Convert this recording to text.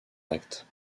actes